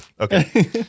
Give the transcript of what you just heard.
Okay